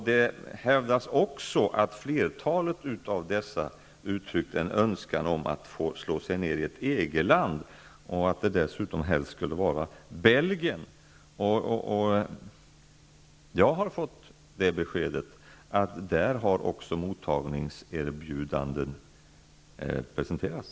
Det hävdas också att flertalet av dessa uttryckt en önskan om att få slå sig ner i ett EG-land, och att det dessutom helst skulle vara Belgien. Jag har fått det beskedet att mottagningserbjudanden därifrån också har presenterats.